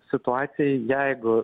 situacijai jeigu